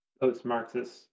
post-Marxist